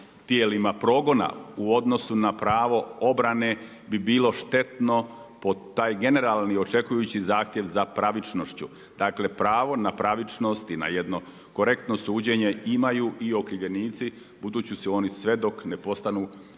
tijelima progona u odnosu na pravo obrane bi bilo štetno po taj generalni, očekujući zahtjev za pravičnošću. Dakle pravo na pravičnost i na jedno korektno suđenje imaju i okrivljenici budući su oni sve dok ne postaju